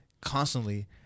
constantly